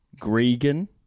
Gregan